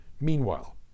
Meanwhile